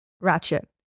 ratchet